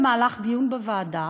במהלך דיון בוועדה,